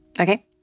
Okay